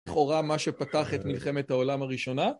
לכאורה מה שפתח את מלחמת העולם הראשונה